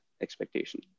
expectation